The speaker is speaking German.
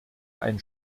ein